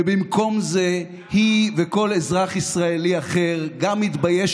ובמקום זה היא וכל אזרח ישראלי אחר גם מתבייש